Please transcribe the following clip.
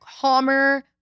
calmer